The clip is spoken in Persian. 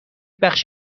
بخش